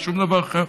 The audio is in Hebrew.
ושום דבר אחר.